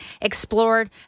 explored